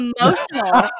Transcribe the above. emotional